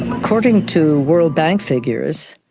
according to world bank figures,